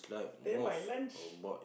take my lunch